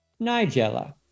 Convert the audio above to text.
Nigella